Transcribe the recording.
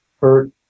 hurt